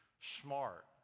smart